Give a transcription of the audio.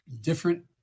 different